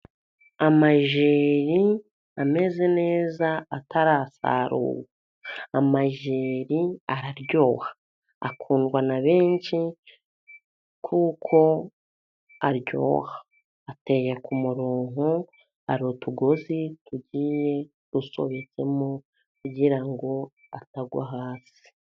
Amajeri ameze neza atarasarurwa. Amajeri araryoha akundwa na benshi kuko aryoha. Ateye ku murongo, hari utugozi tugiye dusobetsemo kugira ngo atagwa hasi.